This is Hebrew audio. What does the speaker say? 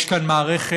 יש כאן מערכת